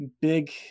big